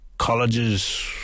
colleges